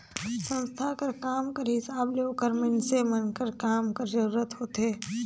संस्था कर काम कर हिसाब ले ओकर मइनसे मन कर काम कर जरूरत होथे